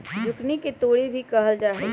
zucchini के तोरी भी कहल जाहई